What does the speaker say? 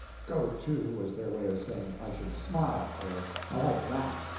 go to was their way of saying i should smile! or i like that!